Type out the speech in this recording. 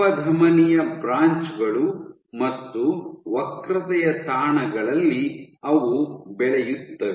ಅಪಧಮನಿಯ ಬ್ರಾಂಚ್ ಗಳು ಮತ್ತು ವಕ್ರತೆಯ ತಾಣಗಳಲ್ಲಿ ಅವು ಬೆಳೆಯುತ್ತವೆ